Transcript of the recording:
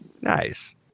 Nice